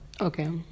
Okay